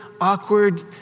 awkward